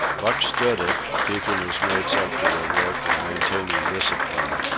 buck stood it, keeping his mates up to their work and maintaining discipline,